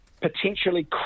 potentially